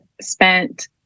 spent